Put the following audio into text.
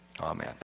amen